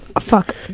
Fuck